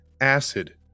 acid